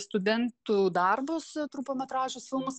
studentų darbus trumpametražius filmus